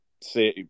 see